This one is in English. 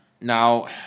Now